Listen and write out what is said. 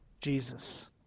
Jesus